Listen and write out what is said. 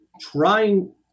trying